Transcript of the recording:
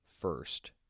first